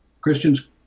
Christians